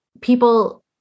people